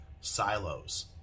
silos